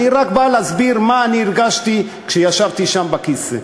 אני רק בא להסביר מה אני הרגשתי כשישבתי שם על הכיסא.